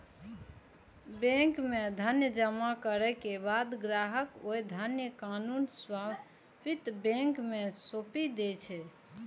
bank मे धन जमा करै के बाद ग्राहक ओइ धनक कानूनी स्वामित्व बैंक कें सौंपि दै छै